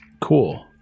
Cool